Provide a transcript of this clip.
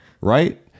Right